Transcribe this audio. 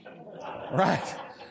Right